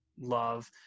love